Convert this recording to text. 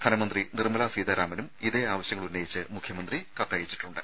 ധനമന്ത്രി നിർമ്മലാ സീതാരാമനും ഈ ആവശ്യങ്ങളുന്നയിച്ച് മുഖ്യമന്ത്രി കത്തയച്ചിട്ടുണ്ട്